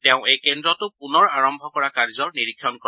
তেওঁ এই কেন্দ্ৰটো পূনৰ আৰম্ভ কৰা কাৰ্যৰ নিৰীক্ষণ কৰে